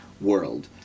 world